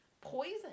poison